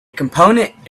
component